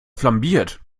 flambiert